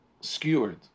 skewered